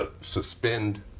suspend